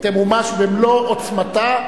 תמומש במלוא עוצמתה.